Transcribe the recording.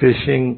phishing